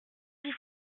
dix